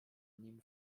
nim